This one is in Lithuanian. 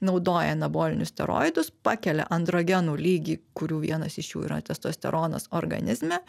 naudoja anabolinius steroidus pakelia androgenų lygį kurių vienas iš jų yra testosteronas organizme